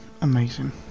Amazing